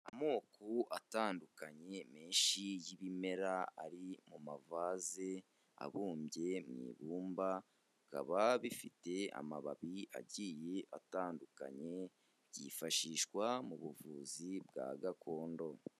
Amoko atandukanye menshi y'ibimera, ari mu mavaze abumbye mu ibumba, bikaba bifite amababi agiye atandukanye, byifashishwa mu buvuzi bwa gakondo.